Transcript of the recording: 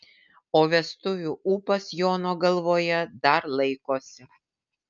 o vestuvių ūpas jono galvoje dar laikosi